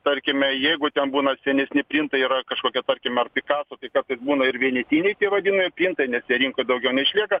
tarkime jeigu ten būna senesni printai yra kažkokie tarkim ar pikaso tai kartais būna ir vienetiniai tie vadinami printai nes jie rinkoj daugiau išlieka